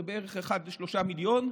זה בערך אחד לשלושה מיליון,